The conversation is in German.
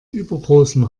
übergroßem